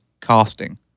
Casting